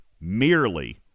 merely